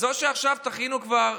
אז או שעכשיו תכינו את